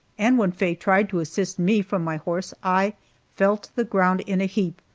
and when faye tried to assist me from my horse i fell to the ground in a heap.